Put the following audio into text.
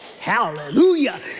Hallelujah